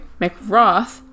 McRoth